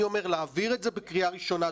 אני אומר להעביר את זה בקריאה ראשונה.